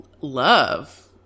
love